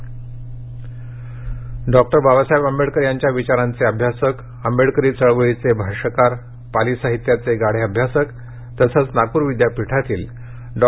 भाऊ लोखंडे निधन डॉ बाबासाहेब आंबेडकर यांच्या विचारांचे अभ्यासक आंबेडकरी चळवळीचे भाष्यकार पाली साहित्याचे गाढे अभ्यासक तसंच नागपूर विद्यापीठातील डॉ